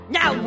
Now